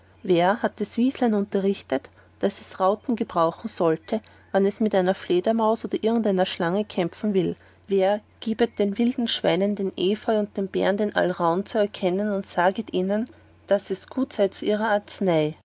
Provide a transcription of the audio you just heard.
wer hat das wieselein unterrichtet daß es rauten gebrauchen sollte wann es mit der fledermaus oder irgendeiner schlange kämpfen will wer gibet den wilden schweinen den efeu und den bären den alraun zu erkennen und saget ihnen daß es gut sei zu ihrer arznei